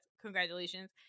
congratulations